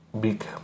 big